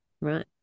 Right